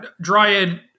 Dryad